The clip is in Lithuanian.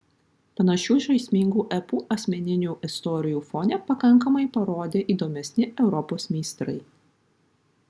panašių žaismingų epų asmeninių istorijų fone pakankamai parodė įdomesni europos meistrai